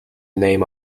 name